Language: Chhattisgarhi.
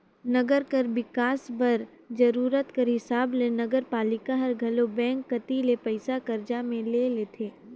नंगर कर बिकास बर जरूरत कर हिसाब ले नगरपालिका हर घलो बेंक कती ले पइसा करजा में ले लेथे